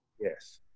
Yes